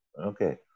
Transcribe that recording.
Okay